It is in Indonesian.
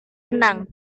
tenang